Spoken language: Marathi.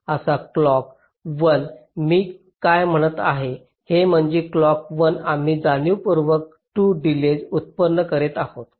तर क्लॉक 1 मी काय म्हणत आहे ते म्हणजे क्लॉक 1 आम्ही जाणीवपूर्वक 2 डिलेज उत्पन्न करीत आहोत